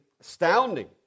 astounding